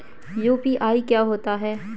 UPI क्या होता है?